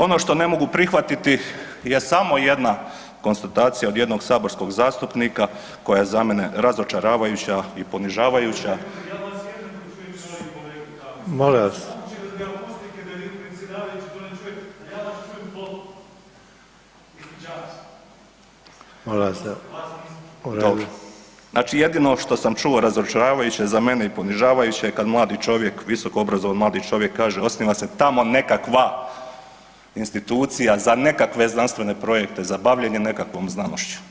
Ono što ne mogu prihvatiti je samo jedna konstatacija od jednog saborskog zastupnika, koja je za mene razočaravajuća i ponižavajuća, ... [[Upadica se ne čuje.]] /Upadica: Molim vas./ [[Upadica se ne čuje.]] Znači jedino što sam čuo razočaravajuće za mene i ponižavajuće, kad mladi čovjek, visokoobrazovani mladi čovjek kaže osniva se tamo nekakva institucija za nekakve znanstvene projekte za bavljenje nekakvom znanošću.